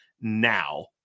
now